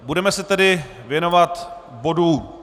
Budeme se tedy věnovat bodu